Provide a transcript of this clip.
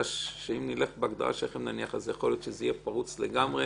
שאם נלך עם ההגדרה שלכם יכול להיות שזה יהיה פרוץ לגמרי